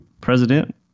president